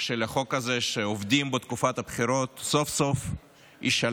של החוק הזה היא שעובדים בתקופת הבחירות סוף-סוף ישלמו,